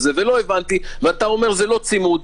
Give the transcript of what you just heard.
אתה אומר: לא צימוד.